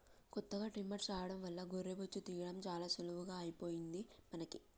కొత్తగా ట్రిమ్మర్ రావడం వల్ల గొర్రె బొచ్చు తీయడం చాలా సులువుగా అయిపోయింది మనకి